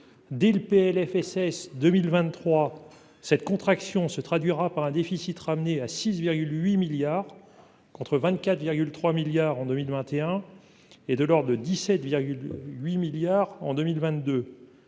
dit le PLFSS 2023 cette contraction se traduira par un déficit ramené à 6,8 milliards contre 24,3 milliards en 2021 et de or de 17,8 milliards en 2000